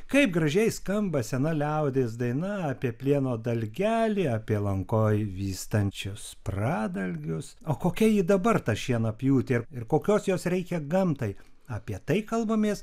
kaip gražiai skamba sena liaudies daina apie plieno dalgelį apie lankoje vystančius pradalgius o kokia ji dabar ta šienapjūtė ir kokios jos reikia gamtai apie tai kalbamės